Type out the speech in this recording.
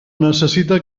necessite